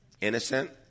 Innocent